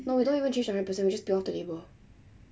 no we don't even change ninety nine percent we just peel off the label